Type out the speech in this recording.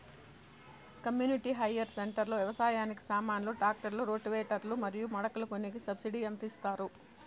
community hire centre లో వ్యవసాయానికి సామాన్లు ట్రాక్టర్లు రోటివేటర్ లు మరియు మడకలు కొనేకి సబ్సిడి ఎంత ఇస్తారు